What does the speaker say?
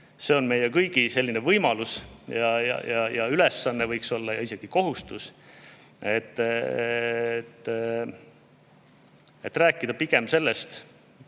et meie kõigi võimalus ja ülesanne, võiks olla isegi kohustus, on rääkida pigem sellest,